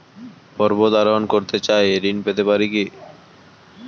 পর্বত আরোহণ করতে চাই ঋণ পেতে পারে কি?